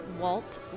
walt